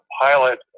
pilot